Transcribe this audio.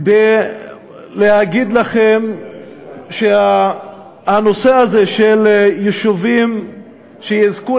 כדי להגיד לכם שהנושא הזה של יישובים שיזכו